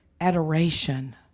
adoration